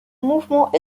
mouvement